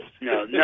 no